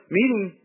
meeting